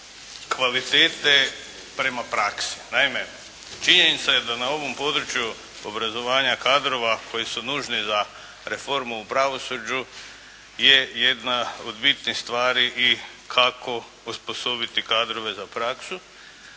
kvalitete prema praksi. Naime, činjenica je da na ovom području obrazovanja kadrova koji su nužni za reformu u pravosuđu je jedna od bitnih stvari i kako osposobiti kadrove za praksu.